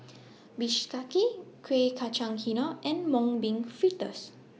Bistake Kuih Kacang and Mung Bean Fritters